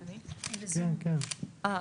אוקיי,